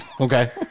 Okay